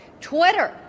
Twitter